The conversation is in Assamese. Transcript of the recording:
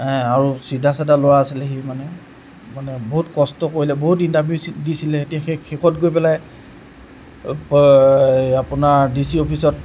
আৰু চিধা চাধা ল'ৰা আছিলে সি মানে মানে বহুত কষ্ট কৰিলে বহুত ইণ্টাৰভিউ দিছিলে এতিয়া শে শেষ গৈ পেলায় আপোনাৰ ডি চি অফিচত